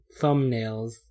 thumbnails